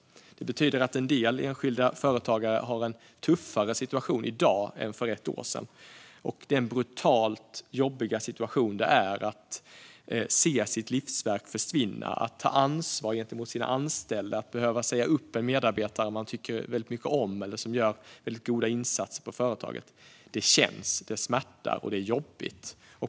Det betyder att en del enskilda företagare har en tuffare situation i dag än för ett år sedan. Det är en brutalt jobbig situation att se sitt livsverk försvinna och ta ansvar gentemot sina anställda eller att behöva säga upp en medarbetare som man tycker väldigt mycket om eller som gör väldigt goda insatser på företaget. Det känns, det smärtar och det är jobbigt.